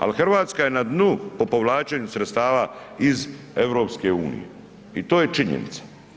Ali Hrvatska je na dnu po povlačenju sredstava iz EU i to je činjenica.